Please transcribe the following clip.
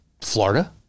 Florida